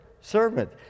servant